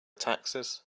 taxes